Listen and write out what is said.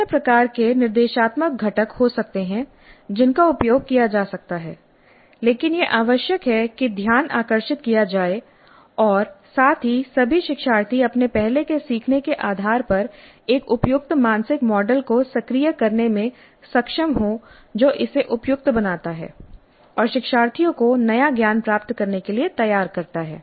विभिन्न प्रकार के निर्देशात्मक घटक हो सकते हैं जिनका उपयोग किया जा सकता है लेकिन यह आवश्यक है कि ध्यान आकर्षित किया जाए और साथ ही सभी शिक्षार्थी अपने पहले के सीखने के आधार पर एक उपयुक्त मानसिक मॉडल को सक्रिय करने में सक्षम हों जो इसे उपयुक्त बनाता है और शिक्षार्थियों को नया ज्ञान प्राप्त करने के लिए तैयार करता है